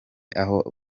aho